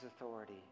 authority